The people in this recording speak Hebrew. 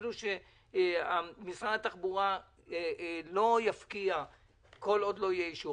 אפילו שמשרד התחבורה לא יפקיע כל עוד לא יהיה אישור,